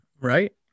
Right